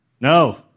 no